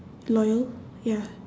loyal ya